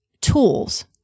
tools